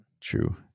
true